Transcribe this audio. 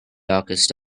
darkest